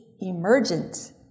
emergent